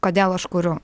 kodėl aš kuriu